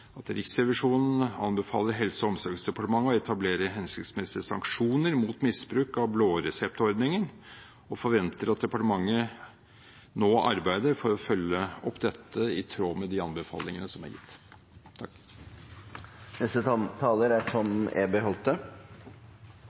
anbefaler Helse- og omsorgsdepartementet å etablere hensiktsmessige sanksjoner mot misbruk av blåreseptordningen, og forventer at departementet nå arbeider for å følge opp dette», i tråd med de anbefalingene som er gitt. Mine ansvarsområder som ordfører for Dokument 1 er